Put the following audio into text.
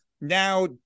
now